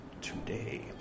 today